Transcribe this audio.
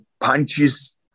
punches